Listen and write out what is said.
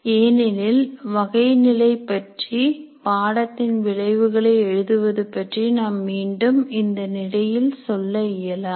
ஏனெனில் வகை நிலைப்பற்றி பாடத்தின் விளைவுகளை எழுதுவது பற்றி நாம் மீண்டும் இந்த நிலையில் சொல்ல இயலாது